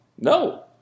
No